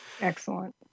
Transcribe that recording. Excellent